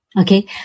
Okay